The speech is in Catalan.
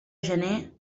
gener